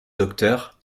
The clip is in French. docteur